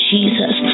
Jesus